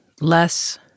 less